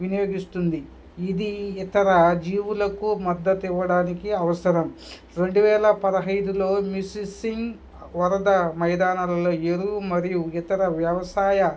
వినియోగిస్తుంది ఇది ఇతర జీవులకు మద్దతు ఇవ్వడానికి అవసరం రెండు వేల పదిహేనులో మిసిసింగ్ వరద మైదానలలో ఎరువు మరియు ఇతర వ్యవసాయ